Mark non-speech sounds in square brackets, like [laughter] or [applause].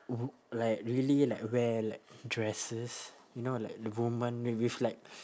[noise] like really like wear like dresses you know like the women they with like